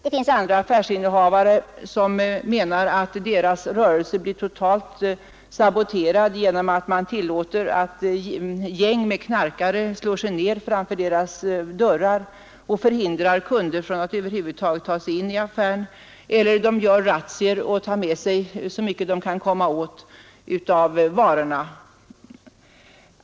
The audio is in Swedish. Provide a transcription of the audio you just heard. Det finns andra affärsinnehavare som menar att deras rörelse blir totalt saboterad genom att man tillåter att gäng med knarkare slår sig ned framför deras dörrar och hindrar kunderna att över huvud taget ta sig in i affären. Det inträffar också att de gör razzior och tar med sig så mycket de kan komma åt av varorna.